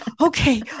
Okay